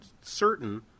certain